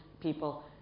people